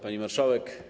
Pani Marszałek!